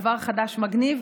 דבר חדש ומגניב.